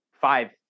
five